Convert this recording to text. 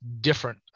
different